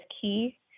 key